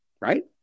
right